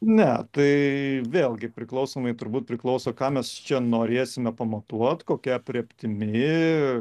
ne tai vėlgi priklausomai turbūt priklauso ką mes čia norėsime pamatuot kokia aprėptimi